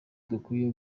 dukwiye